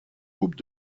coupes